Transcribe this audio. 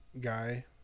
guy